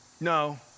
No